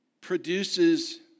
produces